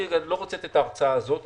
אני לא רוצה לתת את ההרצאה הזאת,